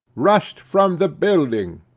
rushed from the building,